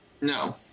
No